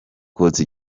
kotsa